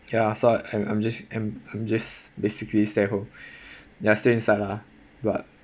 ya so I'm I'm I'm just I'm just basically stay at home ya stay inside lah but